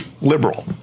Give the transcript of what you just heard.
liberal